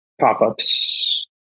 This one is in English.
pop-ups